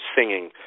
singing